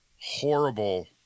horrible